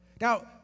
Now